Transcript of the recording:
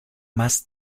más